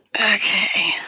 Okay